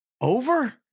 Over